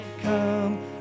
come